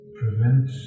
prevent